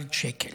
מיליארד שקל,